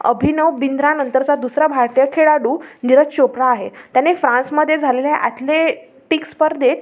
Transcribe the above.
अभिनव बिंद्रानंतरचा दुसरा भारतीय खेळाडू निरज चोप्रा आहे त्याने फ्रान्समध्ये झालेल्या ॲथलेटिक स्पर्धेत